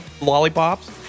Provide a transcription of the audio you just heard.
lollipops